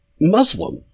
Muslim